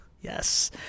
Yes